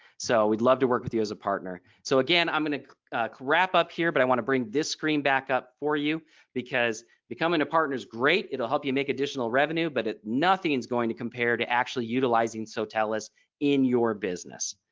so we'd love to work with you as a partner. so again i'm going to wrap up here but i want to bring this screen back up for you because becoming a partner is great. it'll help you make additional revenue but nothing's going to compare to actually utilizing sotellus in your business.